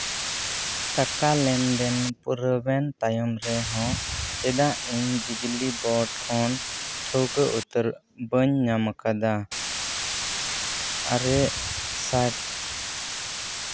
ᱴᱟᱠᱟ ᱞᱮᱱᱫᱮᱱ ᱯᱩᱨᱟᱹᱣᱮᱱ ᱛᱟᱭᱚᱢ ᱨᱮᱦᱚᱸ ᱪᱮᱫᱟᱜ ᱤᱧ ᱵᱤᱡᱽᱞᱤ ᱵᱳᱨᱰ ᱠᱷᱚᱱ ᱴᱷᱟᱹᱣᱠᱟᱹ ᱩᱛᱟᱹᱨ ᱵᱟᱹᱧ ᱧᱟᱢᱟᱠᱟᱫᱟ ᱟᱨᱮ ᱥᱟᱭ